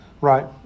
Right